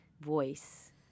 voice